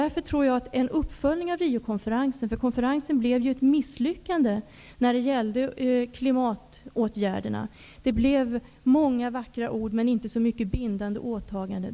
Riokonferensen blev ett misslyckande när det gällde klimatåtgärderna. Många vackra ord sades, men det gjordes inte så många bindande åtaganden.